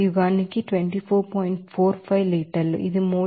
45 లీటర్లు ఇది మోల్ కు 0